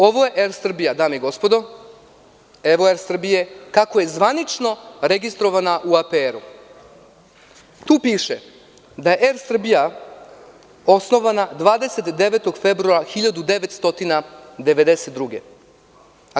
Ovo je Er Srbija dame i gospodo, evo Er Srbije, kako je zvanično registrovana u APR. Tu piše da je Er Srbija osnovana 29. februara 1992. godine.